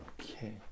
Okay